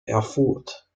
erfurt